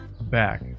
back